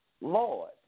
lord